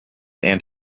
and